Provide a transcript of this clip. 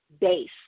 base